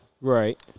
Right